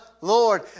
Lord